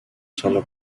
solo